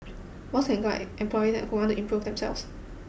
boss can guide employee that who want to improve themselves